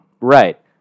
Right